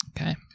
Okay